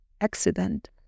accident